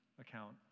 account